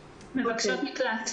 עבודה.